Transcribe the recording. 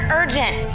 urgent